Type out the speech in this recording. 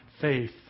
faith